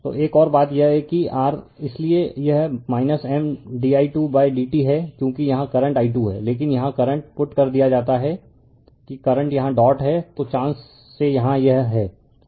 तो एक और बात यह है कि r इसलिए यह M di2bydt है क्योंकि यहाँ करंट i 2 है लेकिन यहाँ करंट पुट कर दिया जाता है कि करंट यहाँ डॉट है तो चांस से यहाँ है